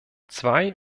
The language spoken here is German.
zwei